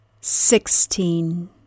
Sixteen